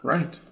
Right